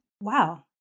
wow